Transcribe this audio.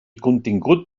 contingut